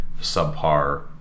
subpar